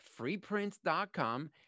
FreePrints.com